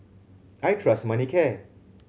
I trust Manicare